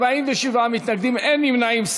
47 מתנגדים, אין נמנעים.